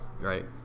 right